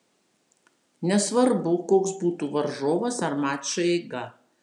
nesvarbu koks būtų varžovas ar mačo eiga